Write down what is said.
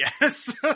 yes